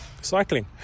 Cycling